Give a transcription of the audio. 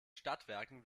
stadtwerken